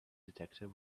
detector